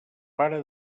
pare